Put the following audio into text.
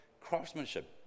craftsmanship